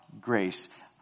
grace